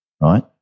right